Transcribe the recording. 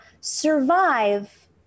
survive